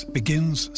begins